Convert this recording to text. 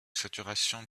saturation